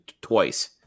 twice